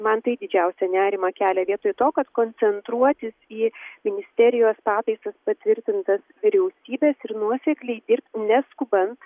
man tai didžiausią nerimą kelia vietoj to kad koncentruotis į ministerijos pataisas patvirtintas vyriausybės ir nuosekliai dir neskubant